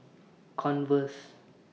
Converse